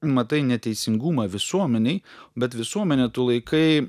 matai neteisingumą visuomenėj bet visuomenę tu laikai